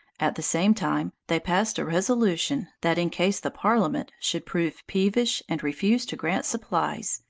at the same time, they passed a resolution that, in case the parliament should prove peevish, and refuse to grant supplies,